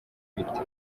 bite